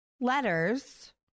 letters